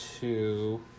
two